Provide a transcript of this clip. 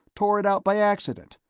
tore it out by accident,